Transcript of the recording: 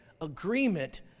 agreement